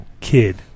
kid